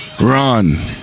run